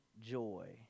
joy